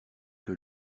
que